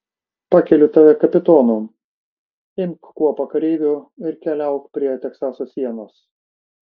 pakeliu tave kapitonu imk kuopą kareivių ir keliauk prie teksaso sienos